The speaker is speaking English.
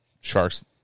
Sharks